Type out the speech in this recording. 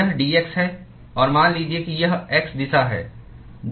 यह dx है और मान लीजिए कि यह x दिशा है जो L की ओर जा रही है